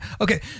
Okay